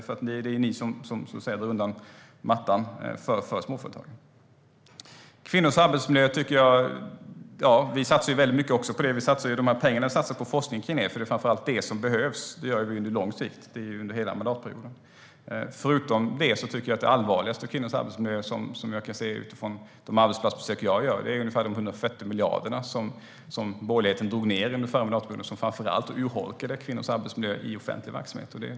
Det är ni som drar undan mattan för småföretagen. Vi satsar ju väldigt mycket på forskning om kvinnors arbetsmiljö, för det är framför allt det som behövs. Vi satsar på det på lång sikt, under hela mandatperioden. Det allvarligaste i kvinnors arbetsmiljö som jag kan se vid de arbetsplatsbesök som jag gör är de ungefär 140 miljarderna som borgerligheten drog ned under den förra mandatperioden. Det urholkade framför allt kvinnors arbetsmiljö i offentlig verksamhet.